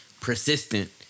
persistent